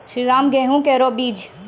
श्रीराम गेहूँ केरो बीज?